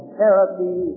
therapy